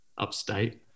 upstate